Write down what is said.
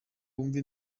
wumve